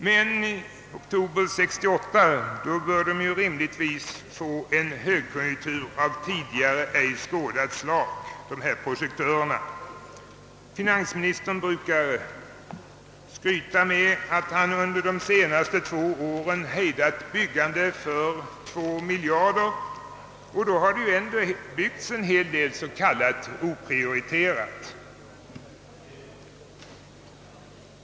I oktober 1968 bör de här projektörerna rimligtvis få en högkonjunktur av tidigare ej skådat slag. Finansministern brukar skryta med att han under de senaste två åren hejdat byggande för 2 miljarder kronor och ändå har det byggts en hel del s.k. oprioriterat.